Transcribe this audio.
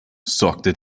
sorgte